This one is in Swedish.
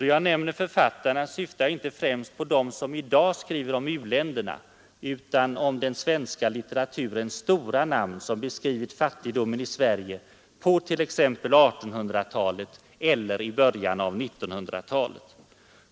Då jag nämner författarna syftar jag inte främst på dem som i dag skriver om u-länderna utan på den svenska litteraturens stora namn, som beskrivit fattigdomen i Sverige på t.ex. 1800-talet eller i början av 1900-talet.